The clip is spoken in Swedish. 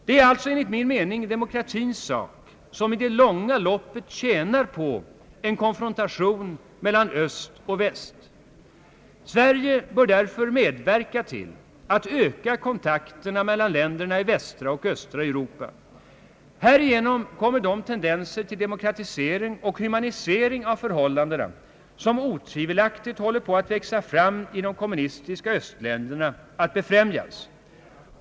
Det är alltså enligt min mening demokratins sak, som i det långa loppet tjänar på konfrontation mellan öst och väst. Sverige bör därför medverka till att öka kontakterna mellan länderna i västra och östra Europa. Härigenom kom mer de tendenser till demokratisering och humanisering av förhållandena, som otvivelaktigt håller på att växa fram i de kommunistiska östländerna, att befrämjas.